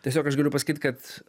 tiesiog aš galiu pasakyt kad